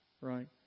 right